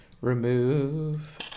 remove